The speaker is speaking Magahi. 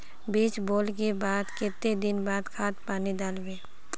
बीज बोले के बाद केते दिन बाद खाद पानी दाल वे?